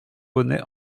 bonnet